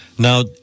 Now